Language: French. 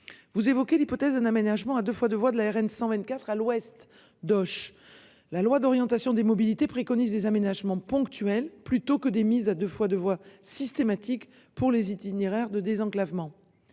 vous évoquez l'hypothèse d'un aménagement à 2 fois 2 voies de la RN 124, à l'ouest d'Auch. La loi d'orientation des mobilités préconise des aménagements ponctuels plutôt que des mise à 2 fois 2 voies systématique pour les itinéraires de désenclavement